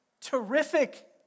Terrific